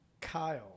Kyle